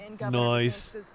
Nice